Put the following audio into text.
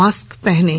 mask पहनें